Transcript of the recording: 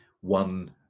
one